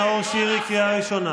חבר הכנסת נאור שירי, קריאה ראשונה.